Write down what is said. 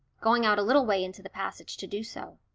going out a little way into the passage to do so.